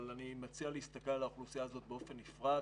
אבל אני מציע להסתכל על האוכלוסייה הזאת באופן נפרד